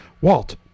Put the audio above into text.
Walt